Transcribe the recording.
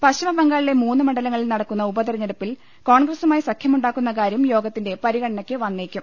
പശ്ചിമബംഗാളിലെ മൂന്ന് മണ്ഡലങ്ങളിൽ നടക്കുന്ന ഉപ തിരഞ്ഞെടുപ്പിൽ ്കോൺഗ്രസുമായി സഖ്യമുണ്ടാക്കുന്നകാര്യം യോഗ ത്തിന്റെ പരിഗണനയ്ക്ക് വന്നേക്കും